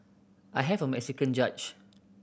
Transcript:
I have a Mexican judge